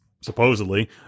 supposedly